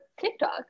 TikTok